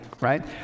right